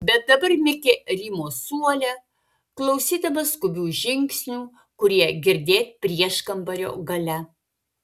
bet dabar mikė rymo suole klausydamas skubių žingsnių kurie girdėt prieškambario gale